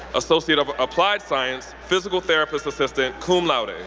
associate of applied science, physical therapist assistant, cum laude.